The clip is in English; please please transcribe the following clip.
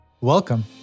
Welcome